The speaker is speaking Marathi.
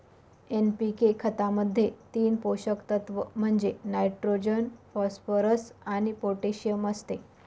एन.पी.के खतामध्ये तीन पोषक तत्व म्हणजे नायट्रोजन, फॉस्फरस आणि पोटॅशियम असते